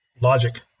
logic